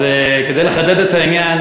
כדי לחדד את העניין,